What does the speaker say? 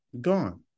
gone